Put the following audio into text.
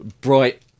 bright